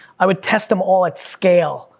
i would test them all at scale,